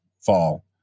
fall